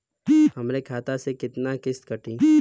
हमरे खाता से कितना किस्त कटी?